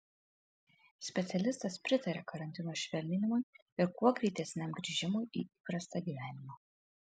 specialistas pritaria karantino švelninimui ir kuo greitesniam grįžimui į įprastą gyvenimą